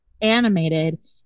animated